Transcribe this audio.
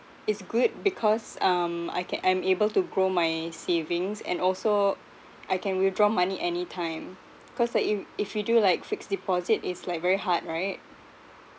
is good because um I can I'm able to grow my savings and also I can withdraw money anytime cause like if if we do like fixed deposit it's like very hard right